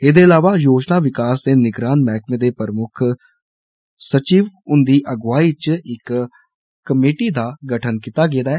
ऐहदे इलाबा योजना विकास ते निगरान मैहकमे दे मुक्ख सचिव हुन्दी अगुवाई च इक कमेटी दा गठन कीता गेआ ऐ